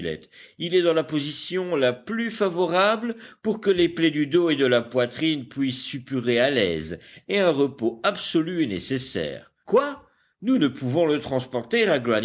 il est dans la position la plus favorable pour que les plaies du dos et de la poitrine puissent suppurer à l'aise et un repos absolu est nécessaire quoi nous ne pouvons le transporter